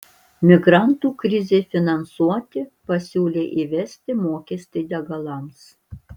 migrantų krizei finansuoti pasiūlė įvesti mokestį degalams